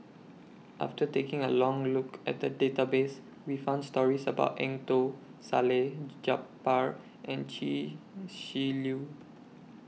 after taking A Long Look At The Database We found stories about Eng Tow Salleh Japar and Chia Shi Lu